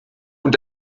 und